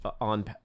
on